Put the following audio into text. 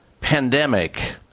pandemic